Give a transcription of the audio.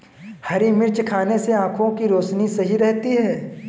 हरी मिर्च खाने से आँखों की रोशनी सही रहती है